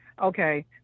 okay